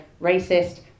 racist